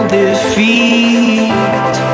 defeat